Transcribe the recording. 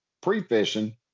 pre-fishing